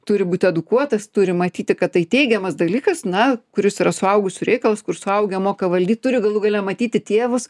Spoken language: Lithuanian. turi būti edukuotas turi matyti kad tai teigiamas dalykas na kuris yra suaugusių reikalas kur suaugę moka valdyti turi galų gale matyti tėvus